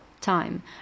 time